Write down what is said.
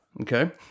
Okay